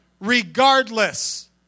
Regardless